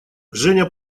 женя